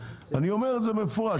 אני אומר את זה במפורש,